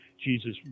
Jesus